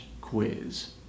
quiz